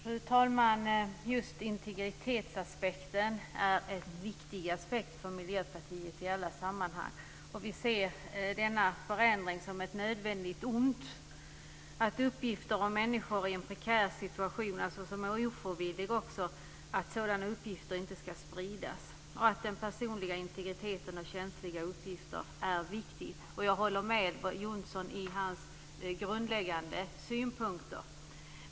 Fru talman! Just integritetsaspekten är en viktig aspekt för Miljöpartiet i alla sammanhang. Vi ser denna förändring som ett nödvändigt ont. Uppgifter om människor i en prekär situation, som dessutom är ofrivillig, ska inte spridas. Den personliga integriteten när det gäller känsliga uppgifter är viktig. Här håller jag med om Jonssons grundläggande synpunkter.